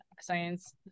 science